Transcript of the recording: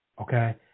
Okay